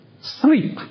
Sleep